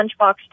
lunchbox